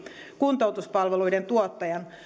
kuntoutuspalveluiden tuottajan